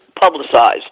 publicized